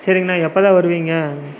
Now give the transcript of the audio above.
சரிங்ணா எப்போ தான் வருவீங்க